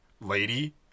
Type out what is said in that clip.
lady